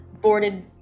boarded